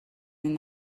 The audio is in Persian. این